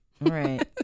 right